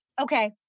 okay